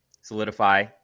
solidify